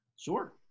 Sure